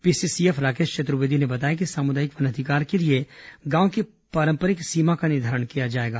PCCF Rakesh Chaturvedi ने बताया कि सामुदायिक वन अधिकार के लिए गांव की पारंपरिक सीमा का निर्धारण किया जाएगा